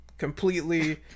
Completely